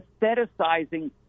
aestheticizing